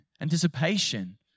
anticipation